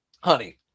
honey